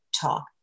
talk